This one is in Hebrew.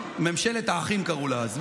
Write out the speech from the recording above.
ממשלת האחים קראו לה אז.